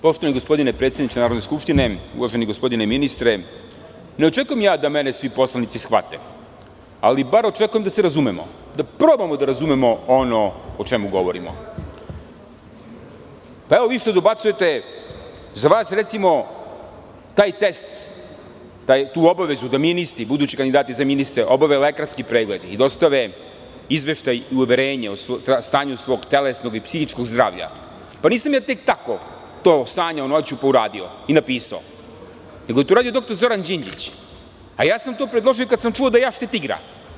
Poštovani gospodine predsedniče Narodne Skupštine, uvaženi gospodine ministre, ne očekujem ja da mene svi poslanici shvate, ali bar očekujem da se razumemo, da probamo da razumemo ono o čemu govorimo. (Vučeta Tošković, s mesta: Vi shvatate.) Vi što dobacujete, za vas recimo taj test, tu obavezu da ministri, budući kandidati za ministre, obave lekarski pregled i dostave izveštaj i uverenje o stanju svog telesnog i psihičkog zdravlja, pa nisam ja tek tako to sanjao noću pa uradio i napisao, nego je to uradio dr Zoran Đinđić, a ja sam to predložio i kad sam čuo da jašete tigra.